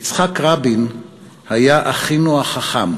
יצחק רבין היה אחינו החכם,